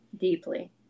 deeply